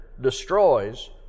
destroys